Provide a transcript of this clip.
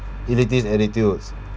attitudes